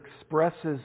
expresses